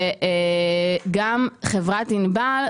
וגם חברת ענבל,